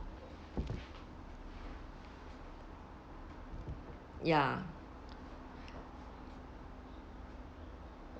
ya